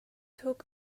took